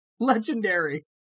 Legendary